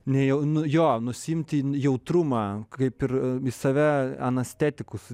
nejau nu jo nusiimti jautrumą kaip ir save anestetikus